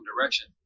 direction